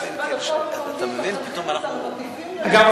אגב,